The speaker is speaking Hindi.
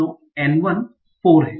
तो N1 4 है